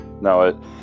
No